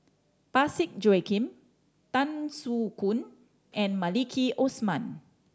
Parsick Joaquim Tan Soo Khoon and Maliki Osman